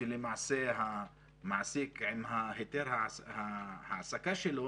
כשלמעשה המעסיק עם היתר ההעסקה שלו